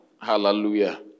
hallelujah